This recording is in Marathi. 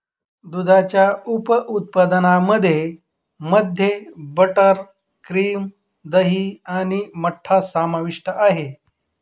दुधाच्या उप उत्पादनांमध्ये मध्ये बटर, क्रीम, दही आणि मठ्ठा समाविष्ट आहे